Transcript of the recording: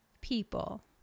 people